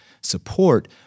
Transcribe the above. support